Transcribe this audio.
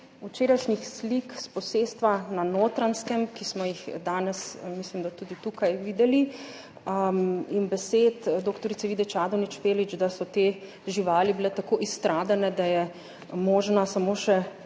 včerajšnjih slik s posestva na notranjskem, ki smo jih danes, mislim da tudi tukaj videli in besed dr. Vide Čadonič Špelič, da so te živali bile tako izstradane, da je možna samo še